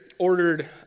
Ordered